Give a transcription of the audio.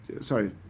sorry